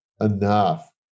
enough